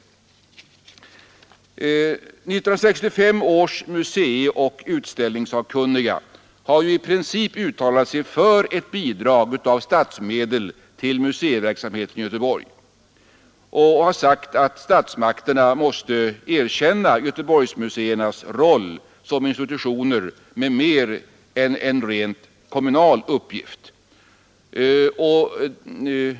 1965 års museioch utställningssakkunniga har i princip uttalat sig för ett bidrag av statsmedel till museiverksamheten i Göteborg och har sagt att statsmakterna måste erkänna Göteborgsmuseernas roll som institutioner med mer än en rent kommunal uppgift.